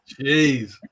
jeez